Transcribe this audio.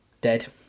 dead